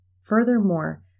Furthermore